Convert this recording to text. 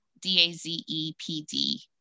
D-A-Z-E-P-D